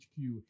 HQ